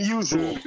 usual